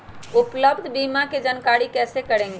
उपलब्ध बीमा के जानकारी कैसे करेगे?